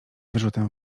wyrzutem